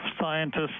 scientists